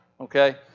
Okay